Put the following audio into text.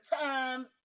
time